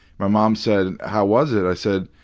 my mom said, how was it? i said,